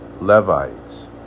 Levites